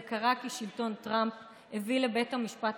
זה קרה כי שלטון טראמפ הביא לבית המשפט